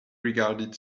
regarded